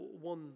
one